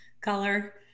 color